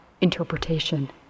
interpretation